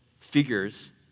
figures